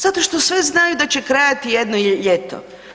Zato što sve znaju da će trajati jedno ljeto.